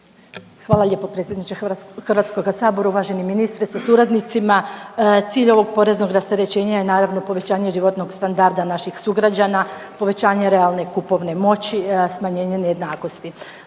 Hvala lijepo predsjedniče Hrvatskog sabora. Uvaženi ministre sa suradnicima, cilj ovog poreznog rasterećenja je naravno povećanje životnog standarda naših sugrađana, povećanje realne kupovne moći, smanjenje nejednakosti.